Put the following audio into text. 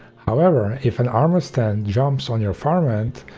however, if an armor stand jumps on your farmland,